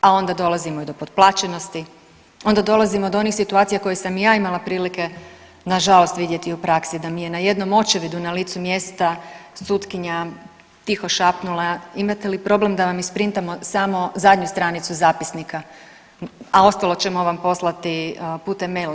A onda dolazimo i do potplaćenosti, onda dolazimo do onih situacija koje sam i ja imala prilike na žalost vidjeti u praksi, da mi je na jednom očevidu na licu mjesta sutkinja tiho šapnula imate li problem da vam isprintamo samo zadnju stranicu zapisnika, a ostalo ćemo vam poslati putem maila.